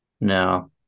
no